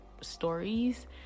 stories